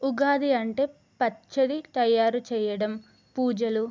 ఉగాది అంటే పచ్చడి తయారు చెయ్యడం పూజలు